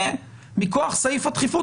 ומכוח סעיף הדחיפות,